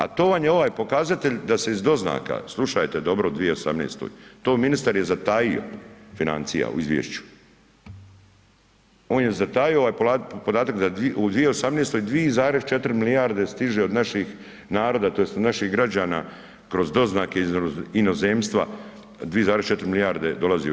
A to vam je ovaj pokazatelj da se iz doznaka, slušajte dobro, u 2018. to ministar je zatajio, financija u izvješću, on je zatajio ovaj podatak da u 2018. 2,4 milijarde stiže od našeg naroda, tj. od naših građana kroz doznake iz inozemstva 2,4 milijarde dolazi u RH.